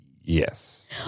Yes